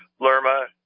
Lerma